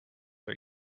are